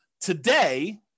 Today